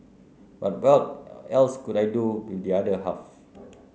but what else could I do with the other half